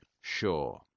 sure